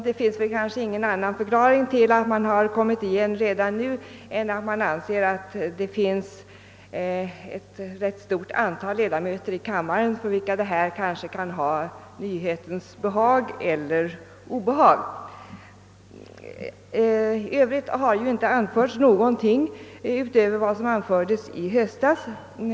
Det finns kanske ingen annan förklaring till att man kommit igen redan nu än att man anser att kammaren har ett rätt stort antal ledamöter för vilka frågan kan äga nyhetens behag eller obehag. I övrigt har ju inte ärendet tillförts någonting utöver vad som anfördes i höstas.